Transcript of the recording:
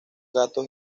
gatos